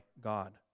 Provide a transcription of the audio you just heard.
God